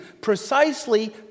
precisely